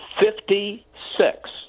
fifty-six